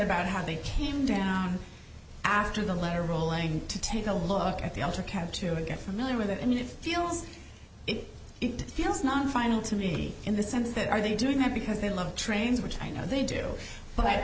about how they came down after the letter ruling to take a look at the altar count to get familiar with it and if feels it feels non final to me in the sense that are they doing that because they love trains which i know they